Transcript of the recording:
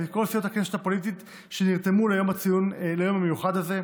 מכל הקשת הפוליטית, שנרתמו ליום המיוחד הזה.